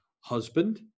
husband